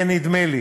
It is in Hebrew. יהיה נדמה לי